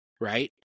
right